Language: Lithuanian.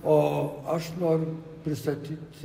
o aš noriu pristatyt